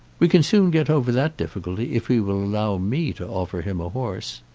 we can soon get over that difficulty if he will allow me to offer him a horse.